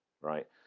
right